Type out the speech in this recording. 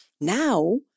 Now